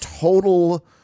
total